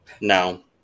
No